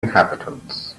inhabitants